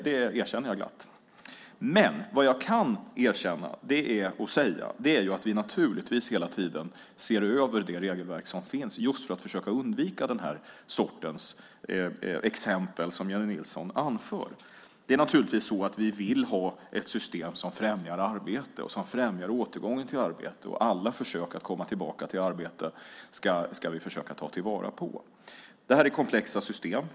Det erkänner jag glatt. Men vad jag kan erkänna är att vi naturligtvis hela tiden ser över det regelverk som finns just för att försöka undvika den här sortens exempel som Jennie Nilsson anför. Vi vill naturligtvis ha ett system som främjar arbete och som främjar en återgång till arbete. Vi ska försöka ta till vara alla försök att komma tillbaka till arbete. Detta är komplexa system.